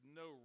no